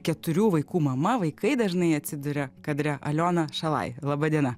keturių vaikų mama vaikai dažnai atsiduria kadre aliona šalaj laba diena